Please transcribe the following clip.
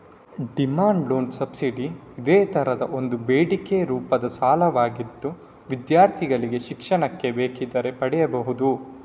demand loan subsidy ಇದೇ ತರದ ಒಂದು ಬೇಡಿಕೆ ರೂಪದ ಸಾಲವಾಗಿದ್ದು ವಿದ್ಯಾರ್ಥಿಗಳಿಗೆ ಶಿಕ್ಷಣಕ್ಕೆ ಬೇಕಿದ್ರೆ ಪಡೀಬಹುದು